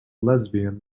lesbian